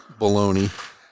baloney